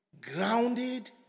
grounded